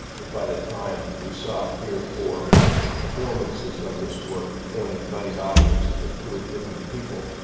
that by the time we saw three or four performances of this work before an invited audience of some two or three hundred people